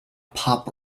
pop